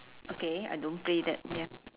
okay I don't play that ya